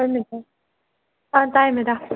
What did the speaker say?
ꯍꯣꯏ ꯃꯦꯗꯥꯝ ꯑꯥ ꯇꯥꯏꯌꯦ ꯃꯦꯗꯥꯝ